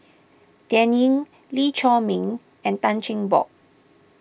Dan Ying Lee Chiaw Meng and Tan Cheng Bock